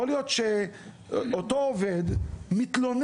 יכול להיות שאותו עובד מתלונן